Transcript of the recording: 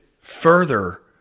further